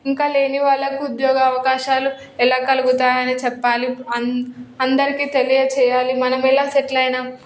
ఇంకా లేని వాళ్లకు ఉద్యోగ అవకాశాలు ఎలా కలుగుతాయని చెప్పాలి అంద అందరికీ తెలియజేయాలి మనమెలా సెటిల్ అయినాం